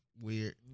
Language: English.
weird